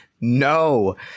No